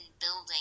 building